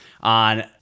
on